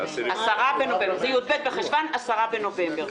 ראשון, י"ב בחשוון, 10 בנובמבר.